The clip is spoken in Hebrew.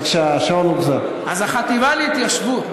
החטיבה להתיישבות,